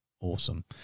awesome